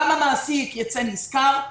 גם המעסיק ייצא נשכר,